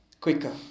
quicker